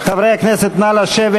חברי הכנסת, נא לשבת.